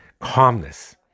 calmness